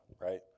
right